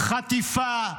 חטיפה,